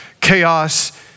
chaos